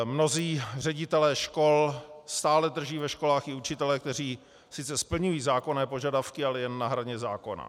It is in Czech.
Mnozí ředitelé škol stále drží ve školách i učitele, kteří sice splňují zákonné požadavky, ale jen na hraně zákona.